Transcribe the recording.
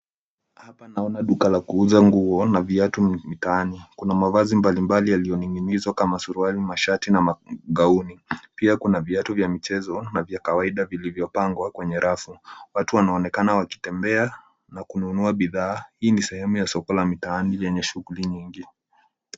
Hapa naona duka la kuuza nguo na viatu mtaani. Kuna mavazi mbalimbali yaliyoning'inizwa kama suruali, mashati na magauni. Pia kuna viatu vya michezo na vya kawaida vilivyopangwa kwenye rafu. Watu wanaonekana wakitembea na kununua bidhaa. Hii ni sehemu ya soko la mitaani lenye shughuli nyingi.